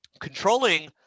controlling